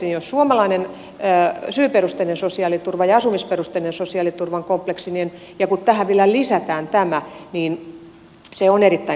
jos suomalainen syyperusteinen sosiaaliturva ja asumisperusteinen sosiaaliturva on kompleksinen ja kun tähän vielä lisätään tämä niin se on erittäin kompleksinen